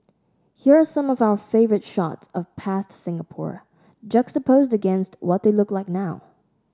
here are some of our favourite shots of past Singapore juxtaposed against what they look like now